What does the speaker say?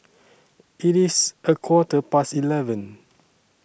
IT IS A Quarter Past eleven